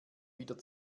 wieder